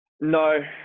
No